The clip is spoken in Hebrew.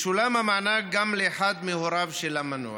ישולם המענק גם לאחד מהוריו של המנוח.